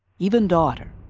even daughter.